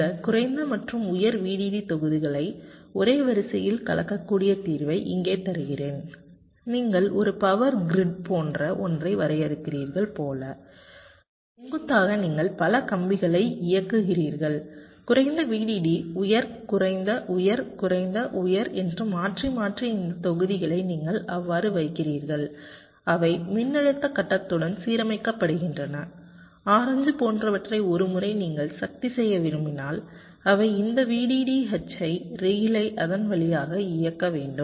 இந்த குறைந்த மற்றும் உயர் VDD தொகுதிகளை ஒரே வரிசையில் கலக்கக்கூடிய தீர்வை இங்கே தருகிறேன் நீங்கள் ஒரு பவர் கிரிட் போன்ற ஒன்றை வரையறுக்கிறீர்கள் போல செங்குத்தாக நீங்கள் பல கம்பிகளை இயக்குகிறீர்கள் குறைந்த VDD உயர் குறைந்த உயர் குறைந்த உயர் என்று மாற்றி மாற்றி இந்த தொகுதிகளை நீங்கள் அவ்வாறு வைக்கிறீர்கள் அவை மின்னழுத்த கட்டத்துடன் சீரமைக்கப்படுகின்றன ஆரஞ்சு போன்றவற்றை ஒரு முறை நீங்கள் சக்தி செய்ய விரும்பினால் அவை இந்த VDDH ரெயிலை அதன் வழியாக இயக்க வேண்டும்